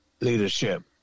leadership